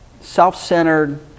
self-centered